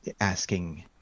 asking